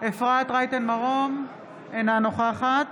אינה נוכחת